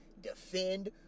defend